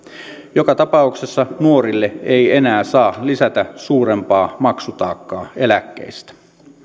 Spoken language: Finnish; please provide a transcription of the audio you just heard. joka tapauksessa nuorille ei enää saa lisätä suurempaa maksutaakkaa eläkkeistä